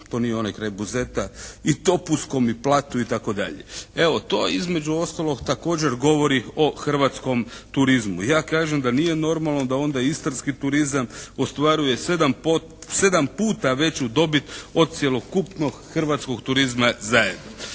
to nije onaj kraj Buzeta. I Topuskom i Platu itd. Evo, to između ostalog također govori o hrvatskom turizmu. Ja kažem da nije normalno da onda istarski turizam ostvaruje 7 puta veću dobit od cjelokupnog hrvatskog turizma zajedno.